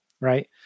right